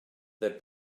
that